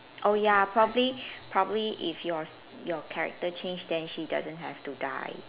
oh ya probably probably if your s~ your character change then she doesn't have to die